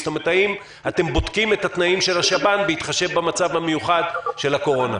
האם אתם בודקים את התנאים של השב"ן בהתחשב במצב המיוחד של הקורונה?